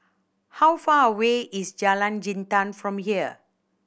how far away is Jalan Jintan from here